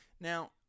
Now